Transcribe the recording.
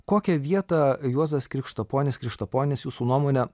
kokią vietą juozas krikštaponis krištaponis jūsų nuomone